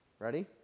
ready